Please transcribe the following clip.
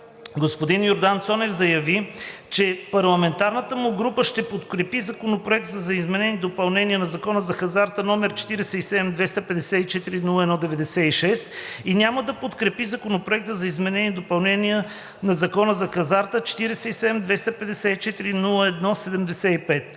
Господин Йордан Цонев заяви, че парламентарната му група ще подкрепи Законопроект за изменение и допълнение на Закона за хазарта, № 47-254-01-96, и няма да подкрепи Законопроект за изменение и допълнение на Закона за хазарта, № 47-254-01-75.